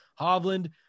Hovland